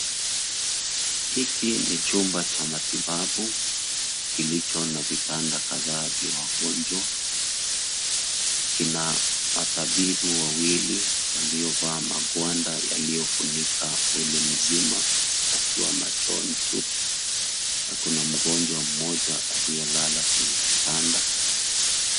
Hiki ni chumba cha matibabu kilicho na vitanda kadhaa vya wagonjwa. Kina matabibu wawili waliovaa magwanda yaliofunika mwili mzima isipokuwa machoni tu, na kuna mgonjwa mmoja aliyelala kwenye kitanda.